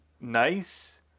nice